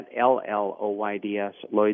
L-L-O-Y-D-S